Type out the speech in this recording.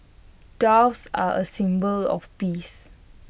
doves are A symbol of peace